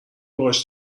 باهاش